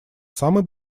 самой